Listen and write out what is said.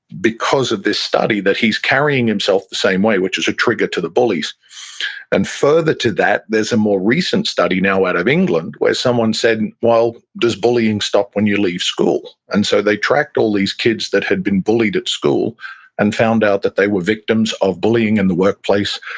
because of this study that he's carrying himself the same way, which is a trigger to the bullies and further to that, there's a more recent study now out of england where someone said, well, does bullying stop when you leave school? and so they tracked all these kids that had been bullied at school and found out that they were victims of bullying in the workplace,